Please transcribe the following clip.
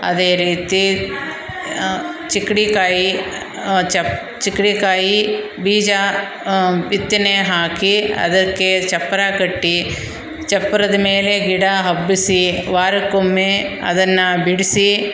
ಅದೇ ರೀತಿ ಚಿಕಡಿ ಕಾಯಿ ಚಪ್ ಚಿಕಡಿ ಕಾಯಿ ಬೀಜ ಬಿತ್ತನೆ ಹಾಕಿ ಅದಕ್ಕೆ ಚಪ್ಪರ ಕಟ್ಟಿ ಚಪ್ಪರದ್ಮೇಲೆ ಗಿಡ ಹಬ್ಬಿಸಿ ವಾರಕ್ಕೊಮ್ಮೆ ಅದನ್ನು ಬಿಡಿಸಿ